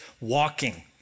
walking